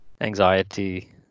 anxiety